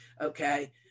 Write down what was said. Okay